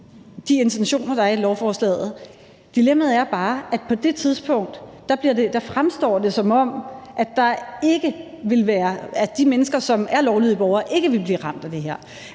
de intentioner, der er i lovforslaget. Dilemmaet er bare, at på det tidspunkt fremstår det, som om de mennesker, som er lovlydige borgere, ikke vil blive ramt af det her,